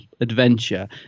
adventure